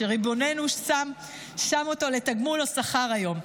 שריבוננו שם אותו לגמול/שכר היום".